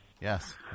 Yes